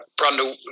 Brundle